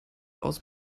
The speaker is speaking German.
aus